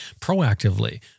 proactively